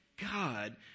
God